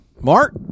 Mark